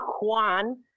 Juan